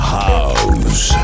house